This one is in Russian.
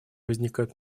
возникают